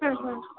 হুম হুম